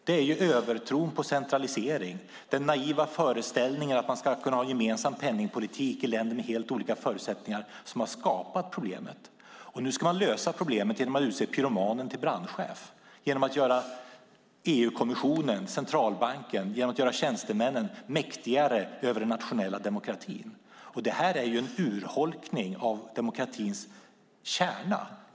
Det är övertron på centralisering, den naiva föreställningen att man ska kunna ha en gemensam penningpolitik i länder med helt olika förutsättningar, som har skapat problemet. Nu ska man lösa problemet genom att utse pyromanen till brandchef och göra EU-kommissionen, Centralbanken och tjänstemännen mäktigare över den nationella demokratin. Det här är en urholkning av demokratins kärna.